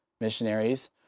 missionaries